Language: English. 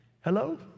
Hello